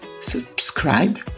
subscribe